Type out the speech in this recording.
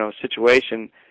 situation